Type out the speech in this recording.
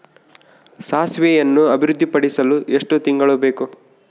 ಸಾಸಿವೆಯನ್ನು ಅಭಿವೃದ್ಧಿಪಡಿಸಲು ಎಷ್ಟು ತಿಂಗಳು ಬೇಕು?